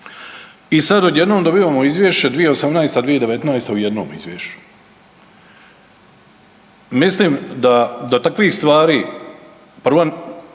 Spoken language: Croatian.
i sad odjednom dobivamo izvješće 2018., 2019. u jednom izvješću. Mislim da takvih stvari, prvo